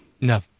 No